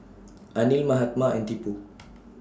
Anil Mahatma and Tipu